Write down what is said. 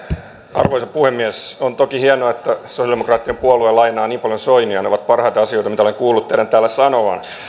arvoisa puhemies on toki hienoa että sosialidemokraattinen puolue lainaa niin paljon soinia ne ovat parhaita asioita mitä olen kuullut teidän täällä sanovan